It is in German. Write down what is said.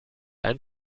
ein